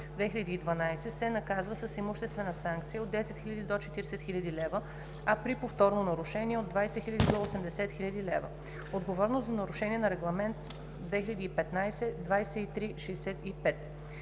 648/2012, се наказва с имуществена санкция от 10 000 до 40 000 лв., а при повторно нарушение – от 20 000 до 80 000 лв. Отговорност за нарушения на Регламент (ЕС) № 2015/2365